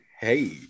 Hey